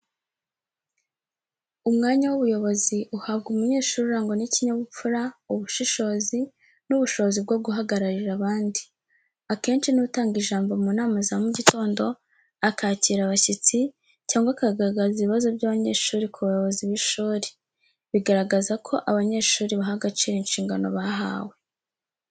Umwanya w’ubuyobozi uhabwa umunyeshuri urangwa n’ikinyabupfura, ubushishozi n’ubushobozi bwo guhagararira abandi. Akenshi ni we utanga ijambo mu nama za mu gitondo, akakira abashyitsi, cyangwa akagaragaza ibibazo by’abanyeshuri ku bayobozi b’ishuri. Bigaragaza ko abanyeshuri baha agaciro inshingano bahawe.